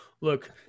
look